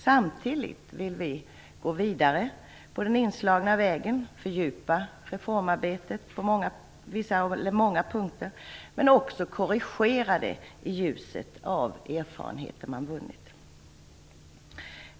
Samtidigt vill vi gå vidare på den inslagna vägen, fördjupa reformarbetet på många punkter men också korrigera det i ljuset av erfarenheter som vunnits.